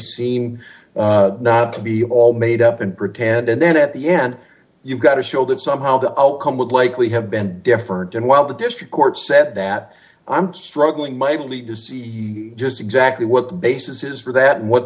seem not to be all d made up and pretend and then at the end you've got to show that somehow the outcome would likely have been different and while the district court said that i'm struggling mightily to see just exactly what the basis is for that and what